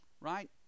right